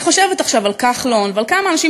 אני חושבת עכשיו על כחלון ועל כמה אנשים